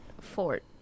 fort